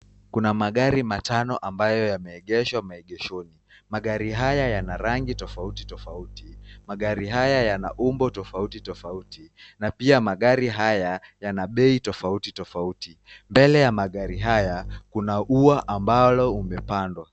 Kuna magari matano ambayo yameegeshwa maegeshoni. Magari haya yana rangi tofauti tofauti. Magari haya yana umbo tofauti tofauti, na pia magari haya yana bei tofauti tofauti. Mbele ya magari haya kuna ua ambalo umepandwa.